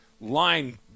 line